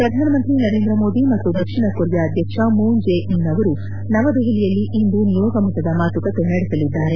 head ಪ್ರಧಾನಮಂತ್ರಿ ನರೇಂದ್ರ ಮೋದಿ ಮತ್ತು ದಕ್ಷಿಣ ಕೊರಿಯಾ ಅಧ್ಯಕ್ಷ ಮೂನ್ ಜೆ ಇನ್ ಅವರು ನವದೆಹಲಿಯಲ್ಲಿ ಇಂದು ನಿಯೋಗ ಮಟ್ಟದ ಮಾತುಕತೆ ನಡೆಸಲಿದ್ದಾರೆ